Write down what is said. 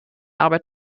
arbeit